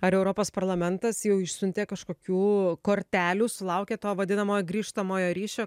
ar europos parlamentas jau išsiuntė kažkokių kortelių sulaukė to vadinamojo grįžtamojo ryšio